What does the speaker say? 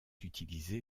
utilisé